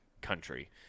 country